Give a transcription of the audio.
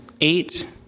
eight